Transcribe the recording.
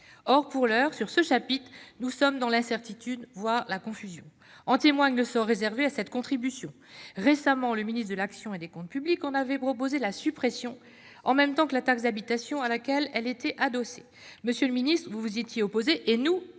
Or, pour l'heure, sur ce chapitre, nous sommes dans l'incertitude, voire dans la confusion. En témoigne le sort réservé à la CAP. Le ministre de l'action et des comptes publics en a récemment proposé la suppression en même temps que celle de la taxe d'habitation (TH) à laquelle elle était adossée. Monsieur le ministre, vous vous étiez opposé à cette